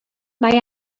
mae